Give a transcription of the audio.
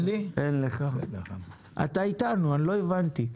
אתה איתנו, לא הבנתי.